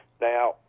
Now